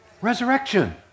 Resurrection